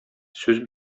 сүз